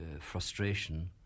frustration